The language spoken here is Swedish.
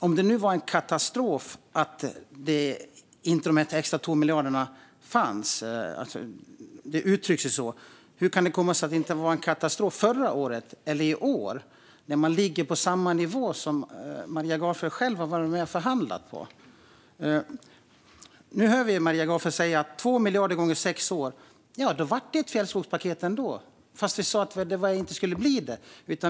Om det nu var en katastrof att inte de extra 2 miljarderna fanns - det uttrycks ju så - hur kan det komma sig att det inte var en katastrof förra året eller i år när man ligger på samma nivå som Maria Gardfjell själv har varit med och förhandlat om? Nu hör vi Maria Gardfjell säga 2 miljarder gånger sex år. Det blev ett fjällskogspaket ändå, fast vi sa att det inte skulle bli det.